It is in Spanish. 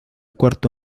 cuarto